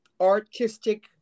artistic